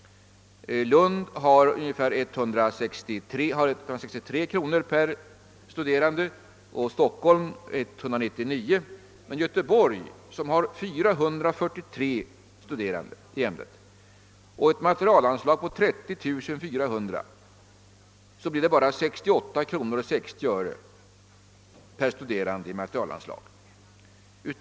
Lunds universitet har 163 kronor per studerande och Stockholm 199 kronor per studerande i materielanslag. Göteborg som har 443 studerande i ämnet och ett materielanslag på 30400 kronor har däremot bara 68 kronor 60 öre per studerande i materielanslag.